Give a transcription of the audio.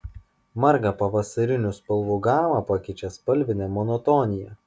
margą pavasarinių spalvų gamą pakeičia spalvinė monotonija